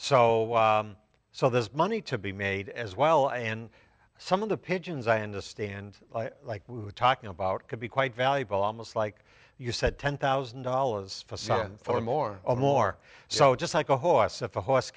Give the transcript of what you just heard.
so so there's money to be made as well and some of the pigeons i understand like we're talking about could be quite valuable almost like you said ten thousand dollars for something for more or more so just like a horse if a horse